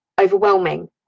overwhelming